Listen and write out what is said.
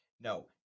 No